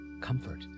comfort